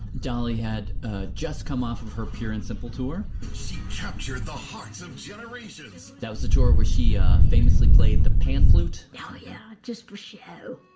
dolly had ah just come off of her pure and simple tour. she captured the hearts of generations. that was the tour where she ah famously played the pan flute yeah just for show